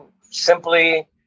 simply